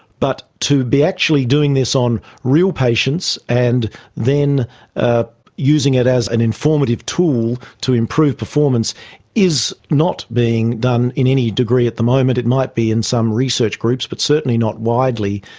but to be actually doing this on real patients and then ah using it as an informative tool to improve performance is not being done in any degree at the moment. it might be in some research groups but certainly not widely.